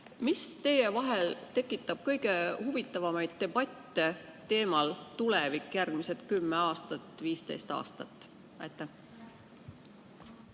Mis teie vahel tekitab kõige huvitavamaid debatte teemal "Tulevik järgmised 10 aastat, 15